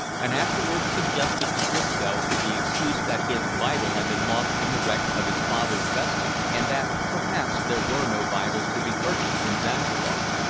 and afterwards suggested to disco, the excuse that his bible had been lost in the wreck of his father's vessel, and that, perhaps, there were no bibles to be purchased in zanzibar,